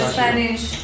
Spanish